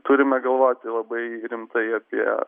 turime galvoti labai rimtai apie